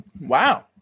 Wow